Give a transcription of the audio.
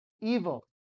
evil